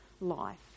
life